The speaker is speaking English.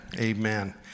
Amen